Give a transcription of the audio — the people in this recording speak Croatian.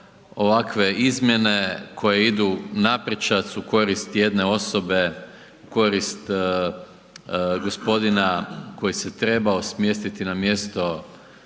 ovakve izmjene koje idu na prečac, u korist jedne osobe, korist g. koji se trebao smjestiti na mjesto